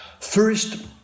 First